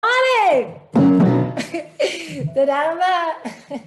אהלן! תודה רבה!